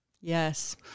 yes